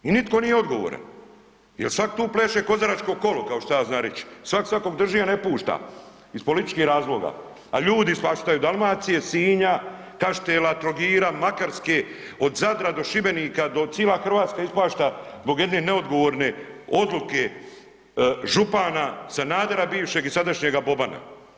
I nitko nije odgovoran jer sak tu pleše kozaračko kolo, kao što ja znam reći, svak svakog drži, a ne pušta iz političkih razloga, a ljudi ispaštaju Dalmacije, Sinja, Kaštela, Trogira, Makarske, od Zadra do Šibenika, do cila Hrvatska ispašta zbog jedne neodgovorne odluke župana Sanadera bivšeg i sadašnjega Bobana.